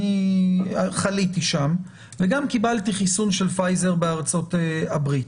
אני חליתי שם וגם קיבלתי חיסון של פייזר בארצות הברית,